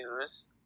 use